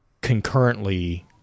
concurrently